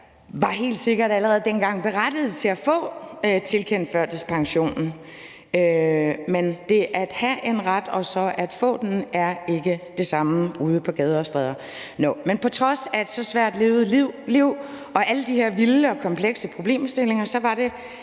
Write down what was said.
og var helt sikkert allerede dengang berettiget til at få tilkendt førtidspension, men det at have en ret og så at få den er ikke det samme ude på gader og stræder. Nå, men på trods af et så svært levet liv og alle de her vilde og komplekse problemstillinger var det,